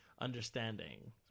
understanding